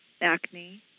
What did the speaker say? acne